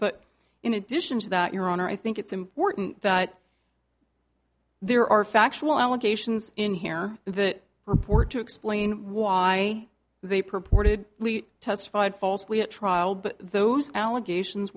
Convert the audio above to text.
but in addition to that your honor i think it's important that there are factual allegations in here that report to explain why they purported testified falsely at trial but those allegations